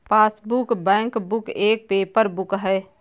passbook, bankbook एक paper book है